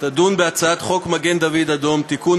תדון בהצעת חוק מגן-דוד-אדום (תיקון,